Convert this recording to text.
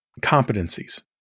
competencies